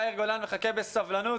יאיר גולן מחכה בסבלנות,